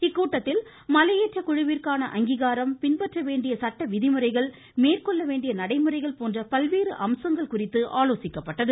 இக்கூட்டத்தில் மலையேற்ற குழுவிற்கான அங்கீகாரம் பின்பற்ற வேண்டிய சட்டவிதிமுறைகள் மேற்கொள்ள வேண்டிய நடைமுறைகள் போன்ற பல்வேறு அம்சங்கள் குறித்து ஆலோசிக்கப்பட்டது